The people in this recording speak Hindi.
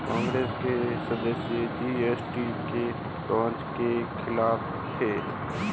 कांग्रेस के सदस्य जी.एस.टी के लॉन्च के खिलाफ थे